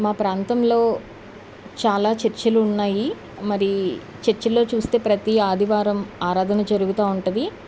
మా ప్రాంతంలో చాలా చర్చ్లు ఉన్నాయి మరి చర్చ్ల్లో చూస్తే ప్రతీ ఆదివారం ఆరాధన జరుగుతూ ఉంటుంది